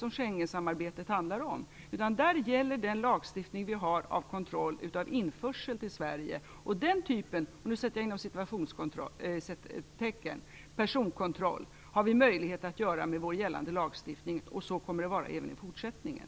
Schengensamarbetet handlar inte om detta, utan här gäller den lagstiftning vi har av kontroll av införsel till Sverige. Den typen av "personkontroll" har vi möjlighet att göra med gällande lagstiftning, och så kommer det att vara även i fortsättningen.